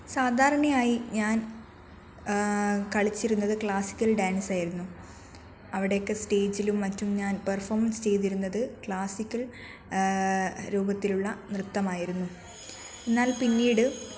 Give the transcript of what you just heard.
സാധാരണയായി ഞാൻ കളിച്ചിരുന്നത് ക്ലാസിക്കൽ ഡാൻസായിരുന്നു അവിടെയൊക്കെ സ്റ്റെയിജിലും മറ്റും ഞാൻ പെർഫോമൻസ് ചെയ്തിരുന്നത് ക്ലാസിക്കൽ രൂപത്തിലുള്ള നൃത്തമായിരുന്നു എന്നാൽ പിന്നീട്